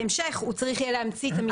שבהמשך הוא יהיה צריך להמציא את המסמכים.